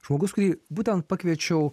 žmogus kurį būtent pakviečiau